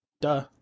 Duh